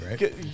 right